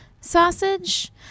sausage